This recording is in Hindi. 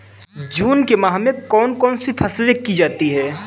जून के माह में कौन कौन सी फसलें की जाती हैं?